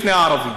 לפני הערבים.